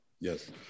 Yes